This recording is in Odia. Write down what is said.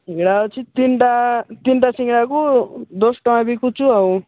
ସିଙ୍ଗଡ଼ା ଅଛି ତିନିଟା ତିନିଟା ସିଙ୍ଗଡ଼ାକୁ ଦଶ ଟଙ୍କା ବିକୁଛୁ ଆଉ